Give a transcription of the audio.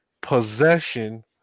possession